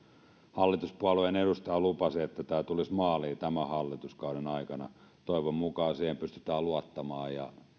hallituspuolueen edustaja lupasi että tämä tulisi maaliin tämän hallituskauden aikana toivon mukaan siihen pystytään luottamaan ja